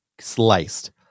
sliced